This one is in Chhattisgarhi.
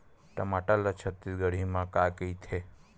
टमाटर ला छत्तीसगढ़ी मा का कइथे?